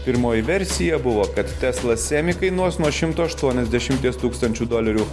pirmoji versija buvo kad tesla semi kainuos nuo šimto aštuoniasdešimties tūkstančių dolerių